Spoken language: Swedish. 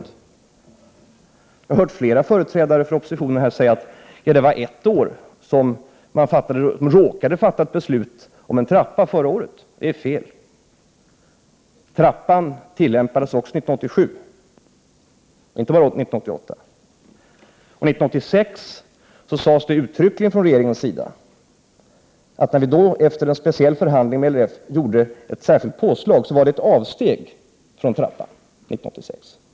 Man har mycket dålig grund för sitt förslag. Jag har här hört flera företrädare från oppositionen säga att man råkade fatta ett beslut om en trappa förra året. Det är fel. Trappan tillämpades också 1987, inte bara 1988. Från regeringens sida sades det uttryckligen 1986 att när regeringen då, efter en speciell förhandling med LRF, gjorde ett särskilt påslag, var detta ett avsteg från 1986 års trappa.